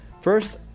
First